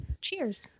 Cheers